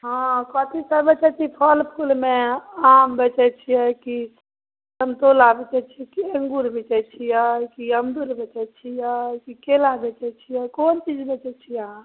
हँ कथीसब बेचै छी फल फूलमे आम बेचै छिए कि समतोला बेचै छिए कि अङ्गूर बेचै छिए कि अमरुद बेचै छिए कि केला बेचै छिए कोन चीज बेचै छी अहाँ